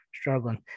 struggling